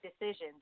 decisions